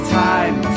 time